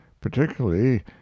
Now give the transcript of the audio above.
particularly